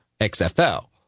XFL